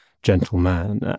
Gentleman